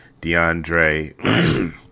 DeAndre